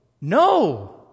no